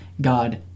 God